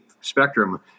spectrum